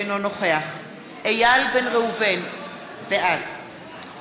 אינו נוכח איל בן ראובן, בעד